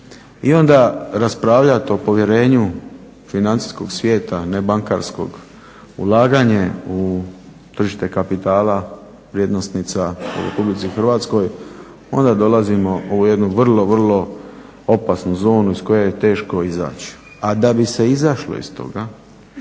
i onda raspravljati o povjerenju financijskog svijeta, ne bankarskog, ulaganje u tržište kapitala vrijednosnica u RH onda dolazimo u jednu vrlo, vrlo opasnu zonu iz koje je teško izaći. A da bi se izašlo iz toga